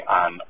on